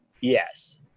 Yes